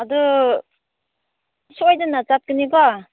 ꯑꯗꯨ ꯁꯣꯏꯗꯅ ꯆꯠꯀꯅꯤꯀꯣ